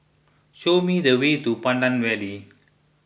show me the way to Pandan Valley